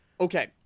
okay